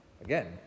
Again